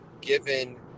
Given